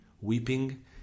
weeping